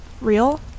real